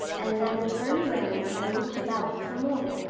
and then turned round and looked about for more.